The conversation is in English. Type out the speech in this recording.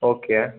okay